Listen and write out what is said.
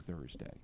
Thursday